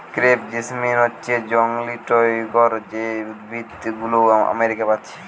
crepe jasmine হচ্ছে জংলি টগর যে উদ্ভিদ গুলো আমেরিকা পাচ্ছি